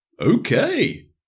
Okay